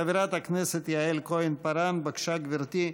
חברת הכנסת יעל כהן-פארן, בבקשה, גברתי.